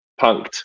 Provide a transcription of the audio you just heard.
Punked